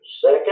second